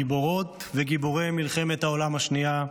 גיבורות וגיבורי מלחמת העולם השנייה,